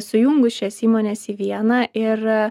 sujungus šias įmones į vieną ir